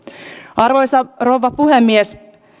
arvoisa rouva puhemies